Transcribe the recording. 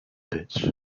pits